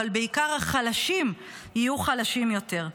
אבל בעיקר החלשים יהיו חלשים יותר.